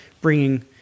bringing